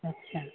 ਅੱਛਾ